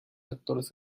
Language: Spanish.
actores